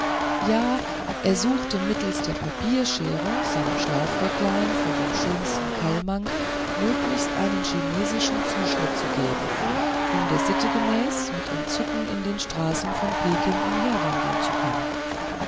ja er suchte mittelst der papierschere seinem schlafröcklein von dem schönsten kalmank möglichst einen chinesischen zuschnitt zu geben um der sitte gemäß mit entzücken in den straßen von peking umherwandeln zu können